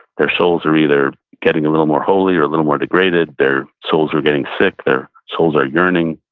their souls are either getting little more holy or a little more degraded, their souls are getting sick, their souls are yearning,